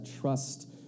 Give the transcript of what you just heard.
trust